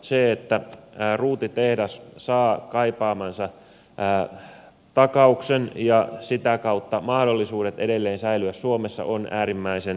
se että ruutitehdas saa kaipaamansa takauksen ja sitä kautta mahdollisuudet edelleen säilyä suomessa on äärimmäisen tärkeä asia